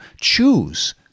choose